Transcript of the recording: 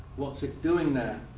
what's it doing there?